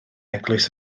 eglwys